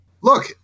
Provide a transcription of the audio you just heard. Look